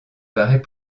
paraît